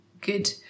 good